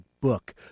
book